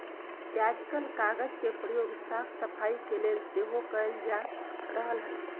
याजकाल कागज के प्रयोग साफ सफाई के लेल सेहो कएल जा रहल हइ